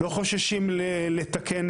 לא חוששים לתקן